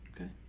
okay